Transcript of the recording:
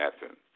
happen